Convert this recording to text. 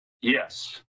Yes